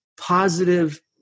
positive